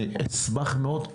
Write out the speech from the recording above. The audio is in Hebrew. אני אשמח מאוד,